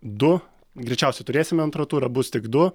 du greičiausiai turėsime antrą turą bus tik du